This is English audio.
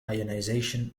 ionization